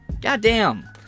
Goddamn